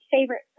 favorite